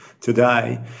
today